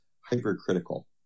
hypercritical